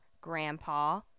Grandpa